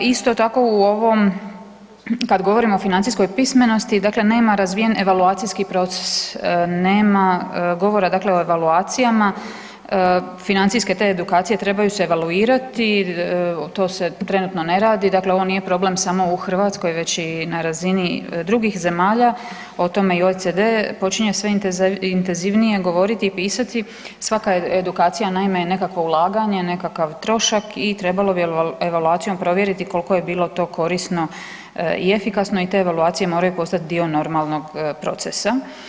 Isto tako u ovom, kad govorimo o financijskom pismenosti, dakle nema razvijen evaluacijski proces, nema govora dakle o evaluacijama, financijske te edukacije trebaju se evaluirati, to se trenutno ne radi, dakle ovo nije problem samo u Hrvatskoj već i na razini drugih zemalja, o tome i OCD počinje sve intenzivnije govoriti i pisati, svaka je edukacija naime nekakvo ulaganje, nekakav trošak i trebalo bi evaluacijom provjeriti koliko je bilo to korisno i efikasno i te evaluacije moraju postati dio normalnog procesa.